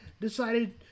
decided